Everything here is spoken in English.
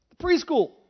Preschool